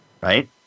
Right